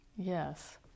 Yes